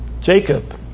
jacob